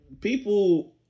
people